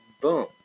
boom